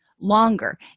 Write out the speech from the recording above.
longer